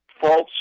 false